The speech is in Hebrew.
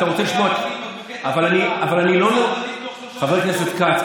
חבר הכנסת כץ,